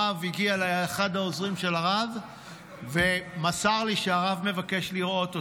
אחד מהעוזרים של הרב הגיע אליי ומסר לי שהרב מבקש לראות אותי.